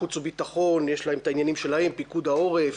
חוץ וביטחון יש להם את העניינים שלהם פיקוד העורף,